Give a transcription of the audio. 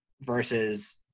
versus